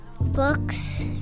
books